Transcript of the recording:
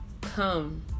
come